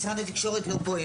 משרד התקשורת לא פה,